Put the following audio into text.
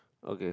okay